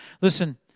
Listen